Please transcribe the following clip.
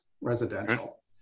residential